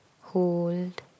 hold